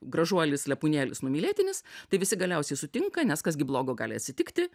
gražuolis lepūnėlis numylėtinis tai visi galiausiai sutinka nes kas gi blogo gali atsitikti